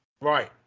right